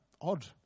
odd